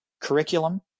curriculum